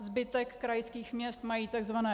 Zbytek krajských měst mají takzvané IPRÚ.